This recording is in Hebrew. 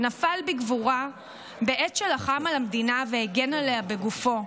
שנפל בגבורה בעת שלחם על המדינה והגן עליה בגופו.